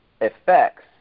effects